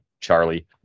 charlie